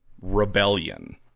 rebellion